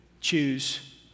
choose